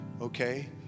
okay